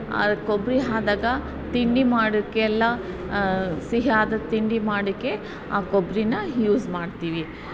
ಆ ಕೊಬ್ಬರಿ ಆದಾಗ ತಿಂಡಿ ಮಾಡೋಕ್ಕೆಲ್ಲ ಸಿಹಿ ಆದ ತಿಂಡಿ ಮಾಡೋಕ್ಕೆ ಆ ಕೊಬ್ಬರಿನಾ ಯೂಸ್ ಮಾಡ್ತೀವಿ